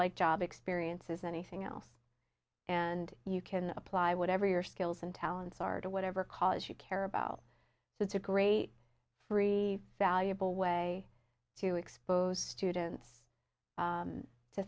like job experience as anything else and you can apply whatever your skills and talents are to whatever cause you care about it's a great free valuable way to expose students